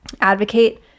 Advocate